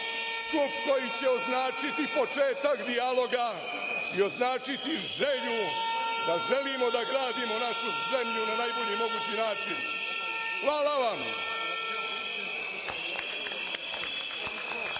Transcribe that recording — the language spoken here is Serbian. stub koji će označiti početak dijaloga i označiti želju da želimo da gradimo našu zemlju na najbolji mogući način. Hvala vam.